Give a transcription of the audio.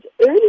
early